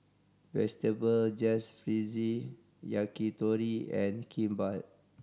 Vegetable Jalfrezi Yakitori and Kimbap